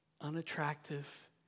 unattractive